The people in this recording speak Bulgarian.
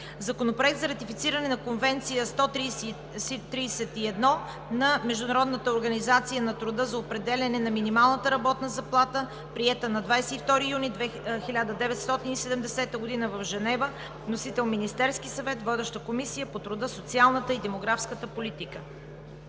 Законопроект за ратифициране на Конвенция № 131 на Международната организация на труда за определяне на минималната работна заплата, приета на 22 юни 1970 г. в Женева. Вносител е Министерският съвет. Водеща е Комисията по труда, социалната и демографската политика;